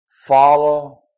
follow